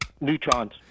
Neutrons